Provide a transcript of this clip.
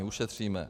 Ušetříme.